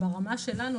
ברמה שלנו,